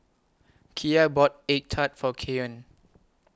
Kiya bought Egg Tart For Keyon